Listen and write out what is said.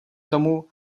tomu